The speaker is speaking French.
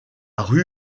rue